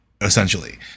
essentially